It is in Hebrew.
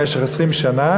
במשך 20 שנה,